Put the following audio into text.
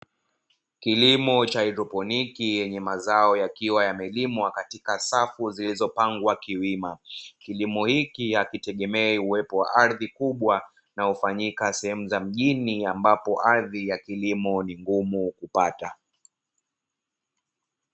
Kilimo cha haidroponiki yenye mazao yakiwa yamelimwa katika safu zilizopangwa kiwima, kilimo hiki hakitegemei uwepo wa ardhi kubwa unaofanyika sehemu za mjini ambapo ardhi ya kilimo ni ngumu kupata.